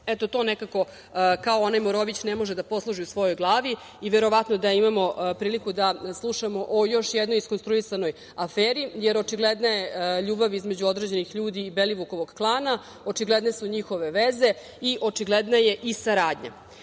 Eto, to nekako, kao onaj Morović, ne može da posloži u svojoj glavi i verovatno da imamo priliku da slušamo o još jednoj iskonstruisanoj aferi, jer očigledna je ljubav između određenih ljudi Belivukog klana, očigledne su njihove veze i očigledna je i saradnja. Nadam